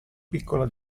piccola